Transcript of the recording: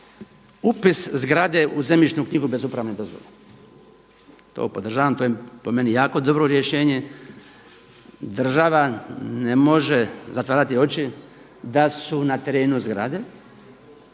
upis zgrade u zemljišnu knjigu bez upravne dozvole. To podržavam, to je po meni jako dobro rješenje. Država ne može zatvarati oči da su na terenu zgrade